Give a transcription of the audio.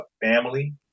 family